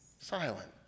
silent